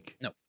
no